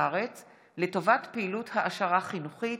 של המוזיאונים ברחבי הארץ לטובת פעילות העשרה חינוכית.